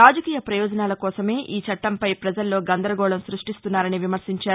రాజకీయ ప్రయోజనాల కోసమే ఈ చట్టంపై ప్రజల్లో గందరగోళం స్బష్టిస్తున్నారని విమర్గించారు